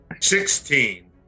sixteen